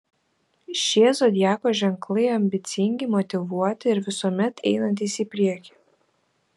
šie zodiako ženklai ambicingi motyvuoti ir visuomet einantys į priekį